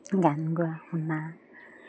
গান গোৱা শুনা